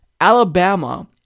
Alabama